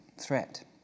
threat